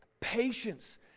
Patience